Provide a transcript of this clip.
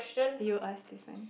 he will ask to sign